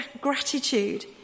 gratitude